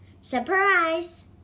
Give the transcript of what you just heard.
surprise